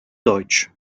deutsch